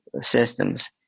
systems